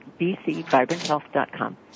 bcvibranthealth.com